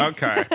Okay